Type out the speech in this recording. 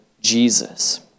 Jesus